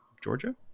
georgia